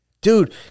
Dude